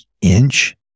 inch